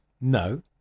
No